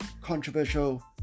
controversial